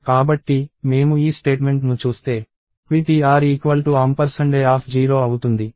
కాబట్టి మేము ఈ స్టేట్మెంట్ ను చూస్తే ptr a0 అవుతుంది